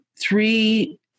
three